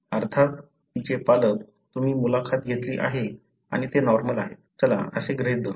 अर्थात तिचे पालक तुम्ही मुलाखत घेतली आहे आणि ते नॉर्मल आहेत चला असे गृहीत धरू